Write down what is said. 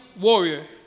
warrior